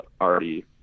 already